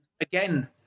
again